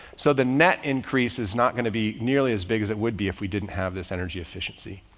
so the net increase is not going to be nearly as big as it would be if we didn't have this energy efficiency.